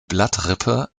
blattrippe